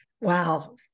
Wow